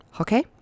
Okay